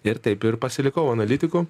ir taip ir pasilikau analitiku